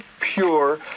pure